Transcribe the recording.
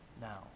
now